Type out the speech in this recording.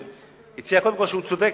קודם כול שהוא צודק.